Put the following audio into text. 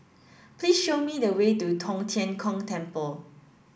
please show me the way to Tong Tien Kung Temple